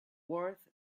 worth